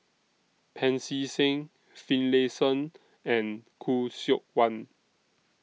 Pancy Seng Finlayson and Khoo Seok Wan